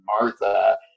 Martha